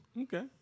Okay